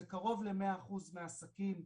זה קרוב למאה אחוז מהעסקים,